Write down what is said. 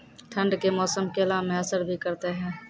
ठंड के मौसम केला मैं असर भी करते हैं?